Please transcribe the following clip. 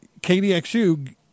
KDXU